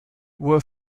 were